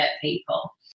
people